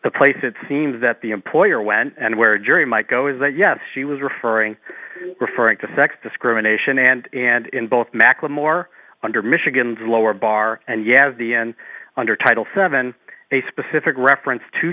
the place it seems that the employer when and where jury might go is that yes she was referring referring to sex discrimination and and in both macklemore under michigan's lower bar and you have the and under title seven a specific reference to